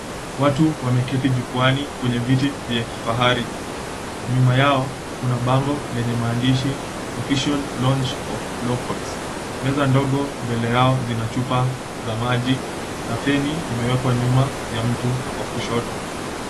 Watu wameketi jukwaani kwenye viti vya kifahari nyuma yao kuna bango lenye maandishi, Official Launch of Law Court. Meza ndogo mbele yao zina chupa za maji na feni imewekwa nyuma ya mtu wa kushoto.